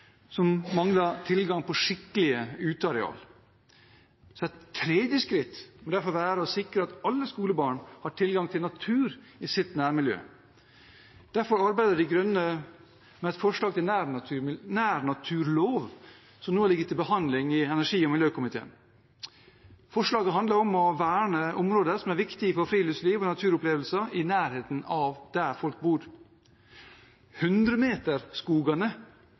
som mangler tilgang på skikkelige uteareal. Et tredje skritt må derfor være å sikre at alle skolebarn har tilgang til natur i sitt nærmiljø. Derfor arbeider De Grønne med et forslag til en nærnaturlov, som nå ligger til behandling i energi- og miljøkomiteen. Forslaget handler om å verne områder som er viktige for friluftsliv og naturopplevelser i nærheten av der folk bor.